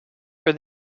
for